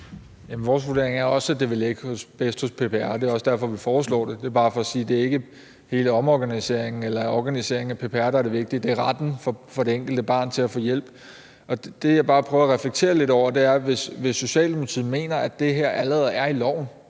er også, at det vil ligge bedst hos PPR; det er også derfor, vi foreslår det. Det er bare for at sige, at det er ikke er hele omorganiseringen eller organiseringen af PPR, der er det vigtige. Det er retten for det enkelte barn til at få hjælp. Og det, jeg bare prøver at reflektere lidt over, er, at hvis Socialdemokratiet mener, at det her allerede er i loven